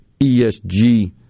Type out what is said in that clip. ESG